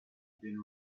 been